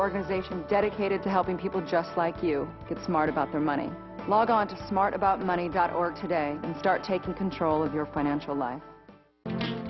organization dedicated to helping people just like you get smart about the money log on to smart about money dot org today start taking control of your financial life